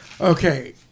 Okay